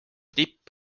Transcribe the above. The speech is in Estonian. tipp